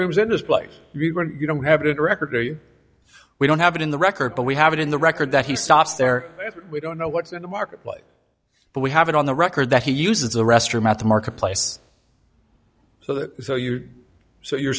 restrooms in this place you don't have a good record very we don't have it in the record but we have it in the record that he stops there we don't know what's in the marketplace but we have it on the record that he uses a restroom at the marketplace so that so you so you're